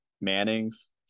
Manning's